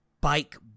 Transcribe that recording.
bike